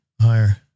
higher